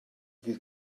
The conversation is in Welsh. fydd